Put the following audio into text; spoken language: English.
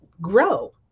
grow